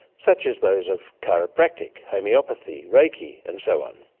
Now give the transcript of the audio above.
such as those of chiropractic, homeopathy, reiki and so on.